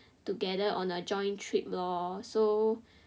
together on a joint trip lor